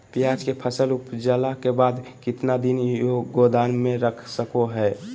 प्याज के फसल उपजला के बाद कितना दिन गोदाम में रख सको हय?